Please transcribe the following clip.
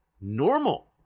normal